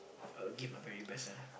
I will give my very best ah